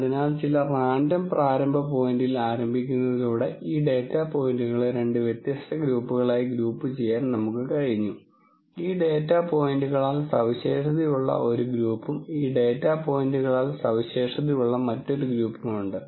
അതിനാൽ ചില റാൻഡം പ്രാരംഭ പോയിന്റിൽ ആരംഭിക്കുന്നതിലൂടെ ഈ ഡാറ്റ പോയിന്റുകളെ രണ്ട് വ്യത്യസ്ത ഗ്രൂപ്പുകളായി ഗ്രൂപ്പുചെയ്യാൻ നമുക്ക് കഴിഞ്ഞു ഈ ഡാറ്റ പോയിന്റുകളാൽ സവിശേഷതയുള്ള ഒരു ഗ്രൂപ്പും ഈ ഡാറ്റ പോയിന്റുകളാൽ സവിശേഷതയുള്ള മറ്റൊരു ഗ്രൂപ്പും ഉണ്ട്